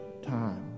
time